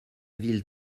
ville